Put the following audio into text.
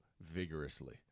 vigorously